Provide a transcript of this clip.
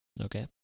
Okay